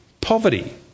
poverty